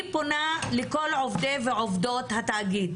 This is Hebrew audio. אני פונה לכל עובדי ועובדות התאגיד